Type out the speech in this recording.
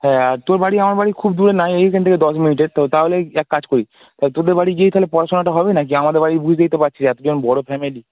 হ্যাঁ আর তোর বাড়ি আমার বাড়ি খুব দূরে নয় এইখান থেকে দশ মিনিটের তো তাহলে এই এক কাজ করি তা তোদের বাড়ি গিয়েই তাহলে পড়াশোনাটা হবে না কি আমাদের বাড়ি বুঝতেই তো পারছিস এতজন বড় ফ্যামিলি